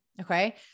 Okay